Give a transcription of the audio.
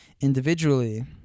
individually